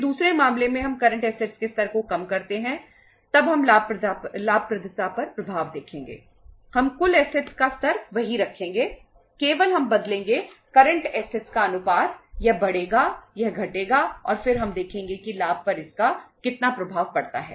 फिर दूसरे मामले में हम करंट ऐसेटस है